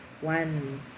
One